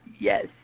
Yes